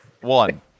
One